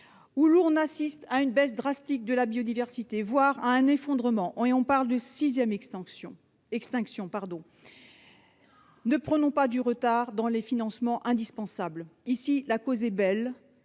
où l'on assiste à une baisse drastique de la biodiversité, voire à son effondrement- on parle d'une sixième extinction -, ne prenons pas de retard dans les financements indispensables. Ici, la cause est belle